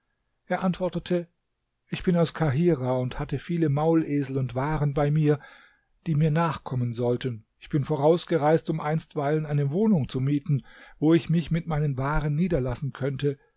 er antwortete ich bin aus kahirah und hatte viele maulesel und waren bei mir die mir nachkommen sollten ich bin vorausgereist um einstweilen eine wohnung zu mieten wo ich mich mit meinen waren niederlassen könnte